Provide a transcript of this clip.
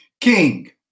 King